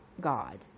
God